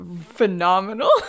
phenomenal